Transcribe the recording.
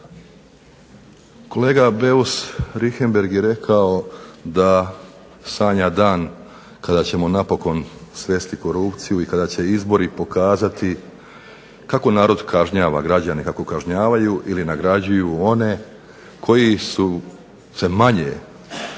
Kolega Beus Richembergh je rekao da sanja dan kada ćemo napokon svesti korupciju i kada će izbori pokazati kako narod kažnjava građane kako kažnjavaju ili nagrađuju one koji su se manje,